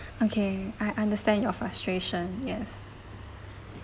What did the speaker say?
okay I understand your frustration yes